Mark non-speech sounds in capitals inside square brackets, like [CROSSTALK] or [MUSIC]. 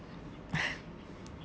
[NOISE]